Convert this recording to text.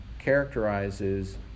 characterizes